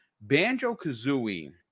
Banjo-Kazooie